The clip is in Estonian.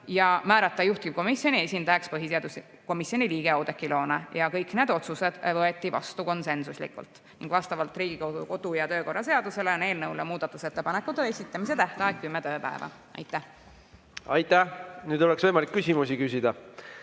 ja määrata juhtivkomisjoni esindajaks põhiseaduskomisjoni liige Oudekki Loone. Kõik need otsused võeti vastu konsensuslikult ning vastavalt Riigikogu kodu- ja töökorra seadusele on eelnõu kohta muudatusettepanekute esitamise tähtaeg kümme tööpäeva. Aitäh! Aitäh! Nüüd oleks võimalik küsimusi küsida,